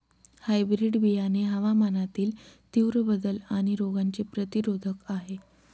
hybrid बियाणे हवामानातील तीव्र बदल आणि रोगांचे प्रतिरोधक आहे